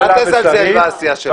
בסדר, אז אל תזלזל בעשייה שלנו.